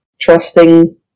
trusting